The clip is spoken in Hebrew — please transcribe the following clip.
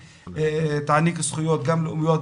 שתעניק זכויות גם לאומיות,